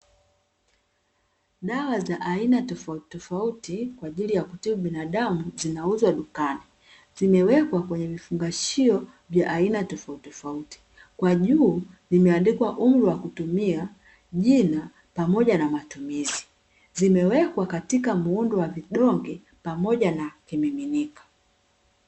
Dawa za aina tofautitofauti kwa ajili ya kutibu binadamu, zinauzwa dukani. Zimewekwa kwenye vifungashio vya aina tofautitofauti. Kwa juu vimeandikwa umri wa kutumia, jina pamoja na matumizi. Zimewekwa katika muundo wa vidonge pamoja na kimiminika.